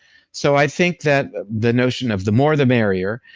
so i think that the notion of the more the merrier,